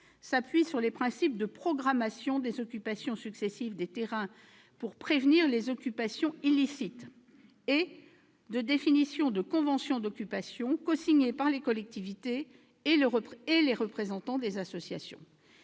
s'appuie sur les principes de programmation des occupations successives des terrains pour prévenir les occupations illicites et de définition de conventions d'occupation cosignées par les collectivités et les représentants des associations.